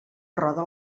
roda